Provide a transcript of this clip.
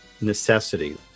necessity